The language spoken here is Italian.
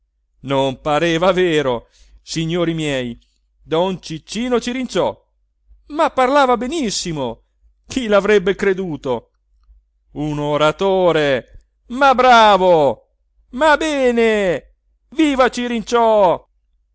non pareva vero signori miei don ciccino cirinciò ma parlava benissimo chi lavrebbe creduto un oratore ma bravo ma bene viva